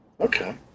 Okay